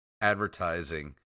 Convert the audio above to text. advertising